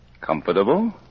Comfortable